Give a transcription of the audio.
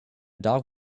dog